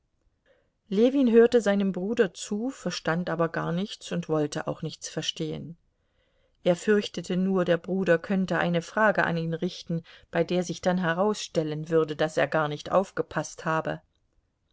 ljewin hörte seinem bruder zu verstand aber gar nichts und wollte auch nichts verstehen er fürchtete nur der bruder könnte eine frage an ihn richten bei der sich dann herausstellen würde daß er gar nicht aufgepaßt habe